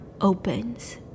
opens